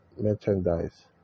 Merchandise